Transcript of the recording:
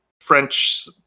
French